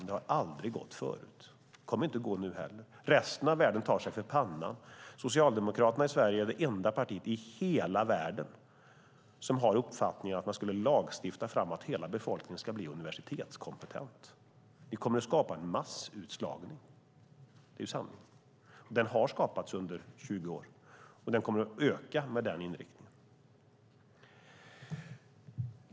Det har aldrig gått förut och kommer inte att gå nu heller. Resten av världen tar sig för pannan. Socialdemokraterna i Sverige är det enda partiet i hela världen som har uppfattningen att man ska lagstifta fram att hela befolkningen ska bli universitetskompetent. Det kommer att skapa en massutslagning. Det är sanningen. Den har skapats under 20 år, och den kommer att öka med den inriktningen.